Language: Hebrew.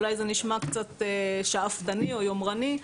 אולי זה נשמע קצת שאפתני או יומרני,